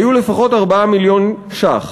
היו לפחות 4 מיליארד ש"ח.